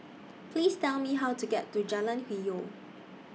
Please Tell Me How to get to Jalan Hwi Yoh